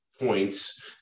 points